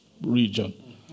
region